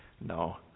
no